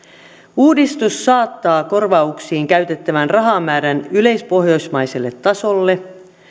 uudistus saattaa korvauksiin käytettävän rahamäärän yleispohjoismaiselle tasolle